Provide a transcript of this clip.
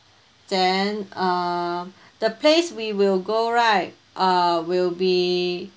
then uh the place we will go right uh will be